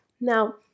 Now